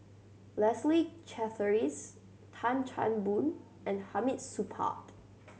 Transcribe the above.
Leslie Charteris Tan Chan Boon and Hamid Supaat